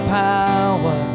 power